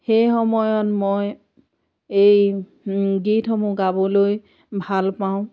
সেইসময়ত মই এই গীতসমূহ গাবলৈ ভাল পাওঁ